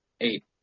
eight